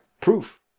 proof